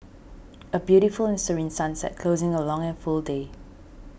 a beautiful and serene sunset closing a long and full day